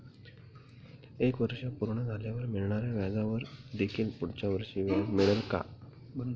एक वर्ष पूर्ण झाल्यावर मिळणाऱ्या व्याजावर देखील पुढच्या वर्षी व्याज मिळेल का?